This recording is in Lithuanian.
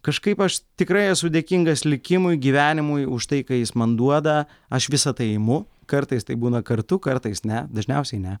kažkaip aš tikrai esu dėkingas likimui gyvenimui už tai ką jis man duoda aš visa tai imu kartais tai būna kartu kartais ne dažniausiai ne